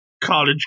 college